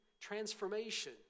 transformation